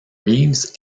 reeves